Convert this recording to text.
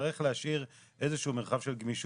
נצטרך להשאיר איזה שהוא מרחב של גמישות,